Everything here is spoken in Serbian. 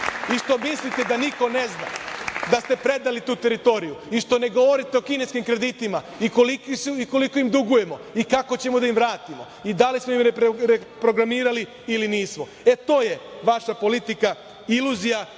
i što mislite da niko ne zna da ste predali tu teritoriju i što ne govorite o kineskim kreditima, koliki su i kolikom im dugujemo i kako ćemo da im vratimo i da li smo reprogramirali ili nismo. To je vaša politika iluzija